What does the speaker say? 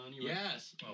Yes